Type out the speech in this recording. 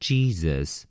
Jesus